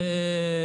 מצוין.